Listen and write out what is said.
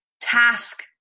task